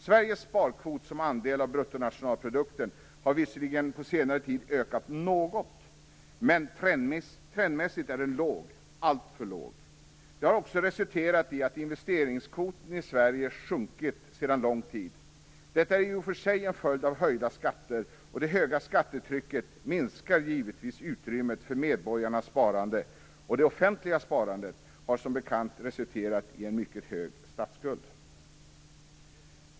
Sveriges sparkvot som andel av bruttonationalprodukten har visserligen på senare tid ökat något, men trendmässigt är den låg, alltför låg. Det har också resulterat i att investeringskvoten i Sverige under lång tid har sjunkit. Det är i och för sig en följd av höjda skatter, och det höga skattetrycket minskar givetvis utrymmet för medborgarnas sparande. Det offentliga sparandet har som bekant resulterat i en mycket stor statsskuld.